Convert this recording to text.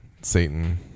Satan